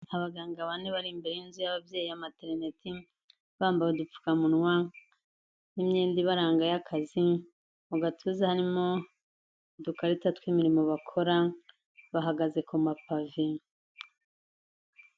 Abaganga bane bari imbere y'inzu y'ababyeyi ya materineti, bambaye udupfukamunwa n'imyenda ibaranga y'akazi, mu gatuza harimo udukarita tw'imirimo bakora bahagaze ku mapavi.